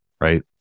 right